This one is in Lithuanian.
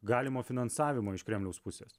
galimo finansavimo iš kremliaus pusės